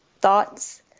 thoughts